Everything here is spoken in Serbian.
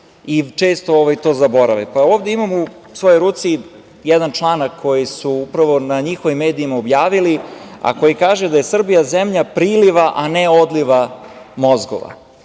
i često to zaborave. Ovde imam u svoj ruci jedan članak koji su upravo na njihovim medijima objavili, a koji kaže da je Srbija zemlja priliva, a ne odliva mozgova.